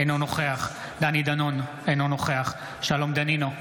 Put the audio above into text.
אינו נוכח דני דנון, אינו נוכח שלום דנינו,